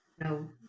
no